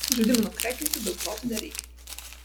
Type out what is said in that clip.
žaidimą nukrekinti daug proto nereikia